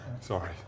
Sorry